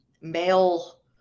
male